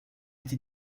était